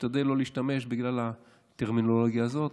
משתדל לא להשתמש בטרמינולוגיה הזאת,